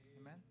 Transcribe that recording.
Amen